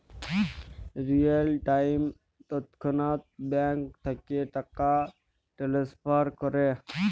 real time তৎক্ষণাৎ bank থ্যাইকে টাকা টেলেসফার ক্যরা